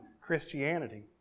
Christianity